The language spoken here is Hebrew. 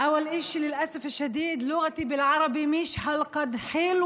לשכנע אותנו להתנגד.